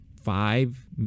five